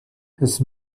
has